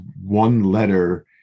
one-letter